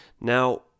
Now